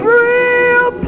real